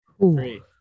three